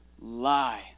lie